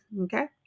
okay